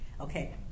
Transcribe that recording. okay